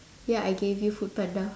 ya I gave you foodpanda